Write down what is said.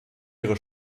ihre